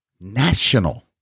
national